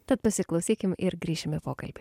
tad pasiklausykim ir grįšim į pokalbį